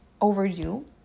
overdue